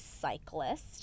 cyclist